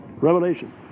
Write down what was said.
Revelation